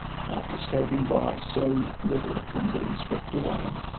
after escaping by so little from being swept away,